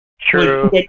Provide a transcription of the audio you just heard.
True